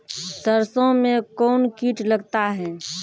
सरसों मे कौन कीट लगता हैं?